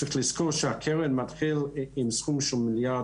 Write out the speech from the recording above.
צריך לזכור שהקרן מתחילה עם סכום של מיליארד